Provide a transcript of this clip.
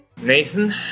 Nathan